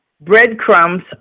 breadcrumbs